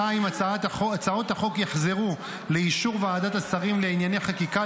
2. הצעות החוק יחזרו לאישור ועדת השרים לענייני חקיקה